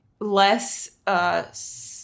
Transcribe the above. less